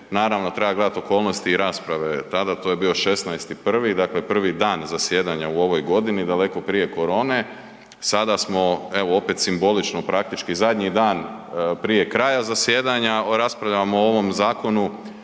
naravno treba gledati okolnosti i rasprave tada, to je bio 16.1., dakle prvi dan zasjedanja u ovoj godini, daleko prije korone, sada smo evo opet simbolično praktički zadnji dan prije kraja zasjedanja raspravljamo o ovom zakonu,